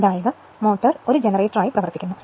അതായത് മോട്ടോർ ഒരു ജനറേറ്ററായി പ്രവർത്തിക്കുന്നു